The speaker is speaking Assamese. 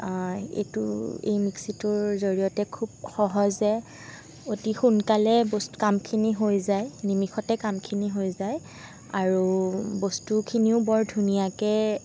এইটো এই মিক্সিটোৰ জৰিয়তে খুব সহজে অতি সোনকালে বচ কামখিনি হৈ যায় নিমিষতে কামখিনি হৈ যায় আৰু বস্তুখিনিও বৰ ধুনীয়াকৈ